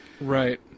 Right